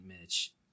Mitch